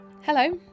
Hello